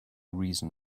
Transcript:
reason